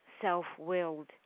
self-willed